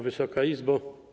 Wysoka Izbo!